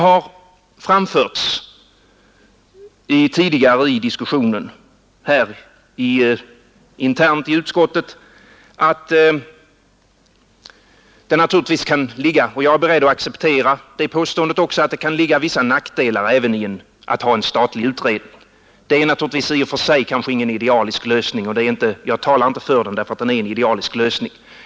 I den interna diskussionen i utskottet har framförts att det kan vara förenat med vissa nackdelar att ha en statlig utredning. Jag är beredd att acceptera det påståendet — det är naturligtvis i och för sig ingen idealisk lösning, och jag talar inte för den därför att den är en idealisk lösning.